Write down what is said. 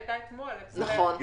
נכון.